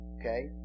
Okay